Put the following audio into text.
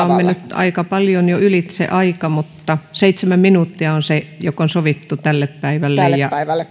on mennyt jo aika paljon ylitse aika seitsemän minuuttia on se joka on sovittu tälle päivälle